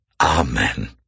Amen